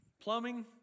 plumbing